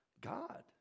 God